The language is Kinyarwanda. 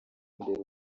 imbere